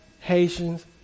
Haitians